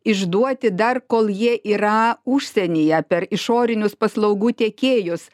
išduoti dar kol jie yra užsienyje per išorinius paslaugų tiekėjus